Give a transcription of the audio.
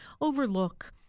overlook